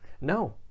no